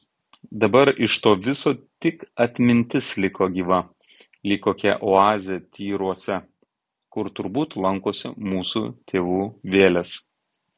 dabar iš to viso tik atmintis liko gyva lyg kokia oazė tyruose kur turbūt lankosi mūsų tėvų vėlės